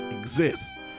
exists